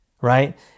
right